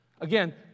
Again